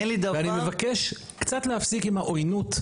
ואני מבקש קצת להפסיק עם העוינות.